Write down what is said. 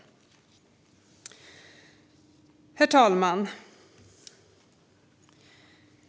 Herr talman!